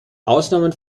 ausnahmen